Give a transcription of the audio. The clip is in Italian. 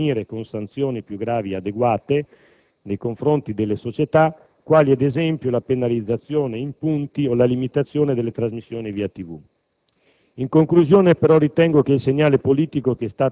Andrà studiata e approfondita la possibilità di intervenire con sanzioni più gravi e adeguate nei confronti delle società, quali ad esempio la penalizzazione in punti o la limitazione delle trasmissioni via TV.